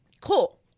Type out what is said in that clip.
cool